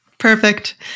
Perfect